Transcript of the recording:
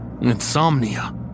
Insomnia